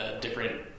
different